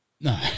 No